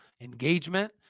engagement